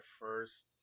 first